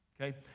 okay